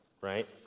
right